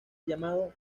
llamado